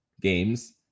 games